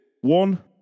one